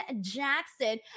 Jackson